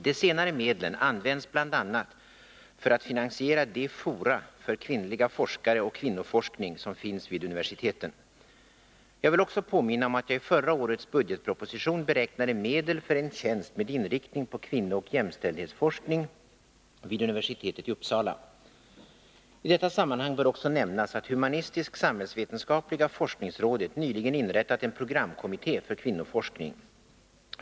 De senare medlen används bl.a. för att finansiera de fora för kvinnliga forskare och kvinnoforskning som finns vid universiteten. Jag vill också påminna om att jag i förra årets budgetproposition beräknade medel för en tjänst med inriktning på kvinnooch jämställdhetsforskning vid universitetet i Uppsala. I detta sammanhang bör också nämnas att humanistisk-samhällsvetenskapliga forskningsrådet nyligen inrättat en programkommitté för kvinnoforskning.